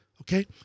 Okay